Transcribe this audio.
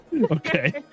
Okay